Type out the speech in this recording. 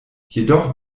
jedoch